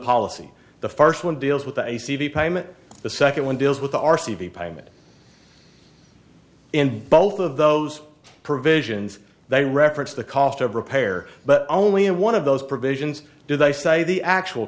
policy the first one deals with the a c v payment the second one deals with the r c b payment in both of those provisions they reference the cost of repair but only in one of those provisions do they say the actual